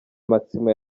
maximo